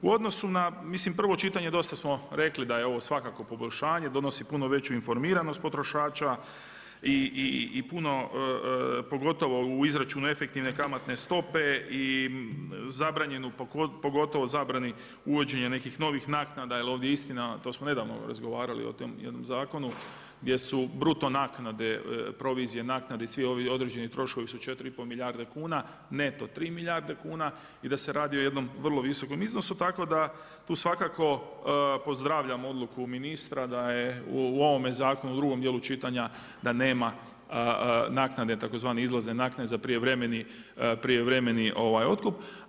U odnosu na prvo čitanje dosta smo rekli da je ovo svakako poboljšanje, donosi puno veću informiranost potrošača i puno pogotovo u izračunu efektivne kamatne stope i pogotovo zabrani uvođenja nekih novih naknada jel ovdje istina, to smo nedavno razgovarali o tom jednom zakonu gdje su bruto naknade, provizije naknade i svi ovi određeni troškovi su 4,5 milijarde kuna neto 3 milijarde kuna i da se radi o jednom vrlo visokom iznosu tako da tu svakako pozdravljam odluku ministra da je u ovome zakonu u drugom dijelu čitanja da nema tzv. izlazne naknade za prijevremeni otkup.